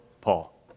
Paul